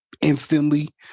instantly